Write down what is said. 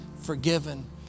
forgiven